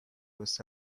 was